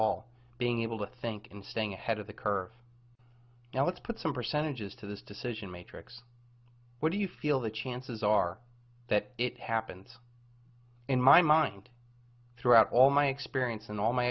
all being able to think in staying ahead of the curve now let's put some percentages to this decision matrix what do you feel the chances are that it happens in my mind throughout all my experience and all my